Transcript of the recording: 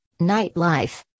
nightlife